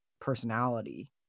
personality